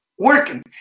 working